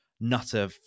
nutter